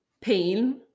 pain